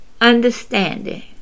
understanding